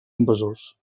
invasors